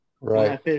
Right